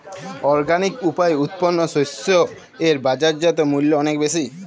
organic উপায়ে উৎপন্ন শস্য এর বাজারজাত মূল্য অনেক বেশি